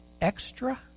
extra